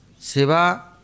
seva